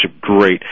Great